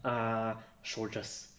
err soldiers